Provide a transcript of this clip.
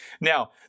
Now